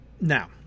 now